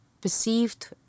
perceived